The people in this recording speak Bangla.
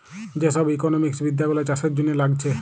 যে সব ইকোনোমিক্স বিদ্যা গুলো চাষের জন্যে লাগছে